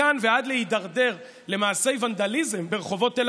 מכאן ועד להידרדר למעשי ונדליזם ברחובות תל